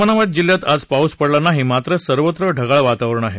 उस्मानाबाद जिल्ह्यात आज पाऊस पडला नाही मात्र सर्वत्र ढगाळ वातावरण आहे